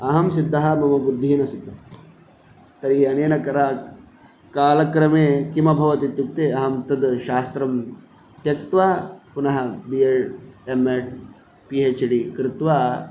अहं सिद्धः मम बुद्धिः न सिद्धः तैः अनेन करा कालक्रमे किम् अभवत् इत्युक्ते अहं तद् शास्त्रं त्यक्त्वा पुनः B Ed M Ed P H D कृत्वा